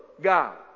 God